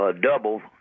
double